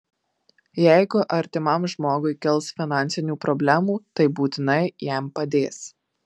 jeigu artimam žmogui kils finansinių problemų tai būtinai jam padės